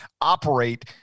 operate